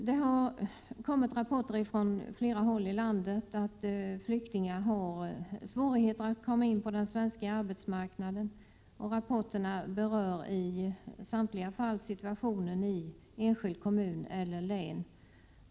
Det har kommit rapporter från flera håll i landet om att flyktingar har svårt att komma in på den svenska arbetsmarknaden. Rapporterna berör i samtliga fall situationen i en enskild kommun eller ett län.